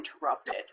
interrupted